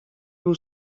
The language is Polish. był